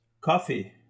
Coffee